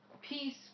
Peace